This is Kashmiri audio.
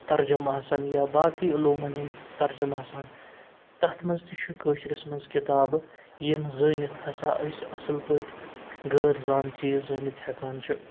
ترجم آسن یا باقٕے علوٗمَن ہِنٛدۍ ترجم آسان تَتھ منٛز تہِ چھُ کٲشرِس منٛز کِتابہٕ یِم زٲنِتھ ہسا أسۍ اَصٕل پٲٹھۍ غٲر زان چیٖز زٲنِتھ ہٮ۪کان چھِ